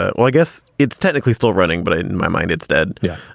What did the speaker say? ah well, i guess it's technically still running, but in my mind it's dead. yeah,